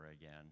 again